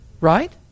Right